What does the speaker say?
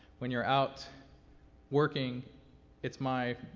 when you're out working it's my,